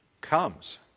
comes